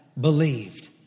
believed